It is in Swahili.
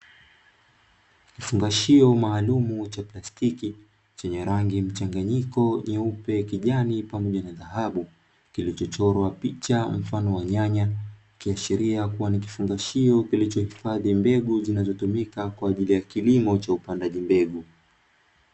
Kifungashio maalumu cha plastiki, chenye rangi mchanganyiko nyeupe, kijani pamoja na dhahabu, kilichochorwa picha mfano wa nyanya. Ikiashiria kuwa ni kifungashio kilichohifadhi mbegu zinazotumika kwenye kilimo cha upandaji mbegu.